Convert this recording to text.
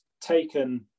taken